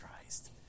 Christ